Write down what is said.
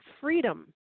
freedom